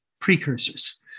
precursors